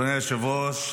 אדוני היושב-ראש,